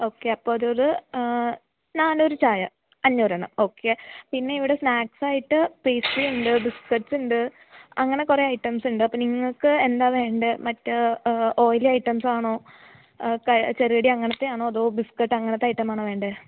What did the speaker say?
okay അപ്പോള് ഒരു നാന്നൂറ് ചായ അഞ്ഞൂറെണ്ണം ഓക്കെ പിന്നെ ഇവിടെ സ്നാക്സായിട്ട് പിസ്സയുണ്ട് ബിസ്കറ്റുണ്ട് അങ്ങനെ കുറെ ഐറ്റംസുണ്ട് അപ്പോള് നിങ്ങള്ക്ക് എന്താണ് വേണ്ടത് മറ്റ് ഓയിലി ഐറ്റംസാണോ ചെറുകടി അങ്ങനത്തെയാണോ അതോ ബിസ്കറ്റ് അങ്ങനത്തെ ഐറ്റമാണോ വേണ്ടത്